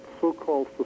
so-called